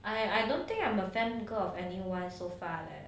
I I don't think I'm a fan girl of anyone so far leh